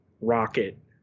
Rocket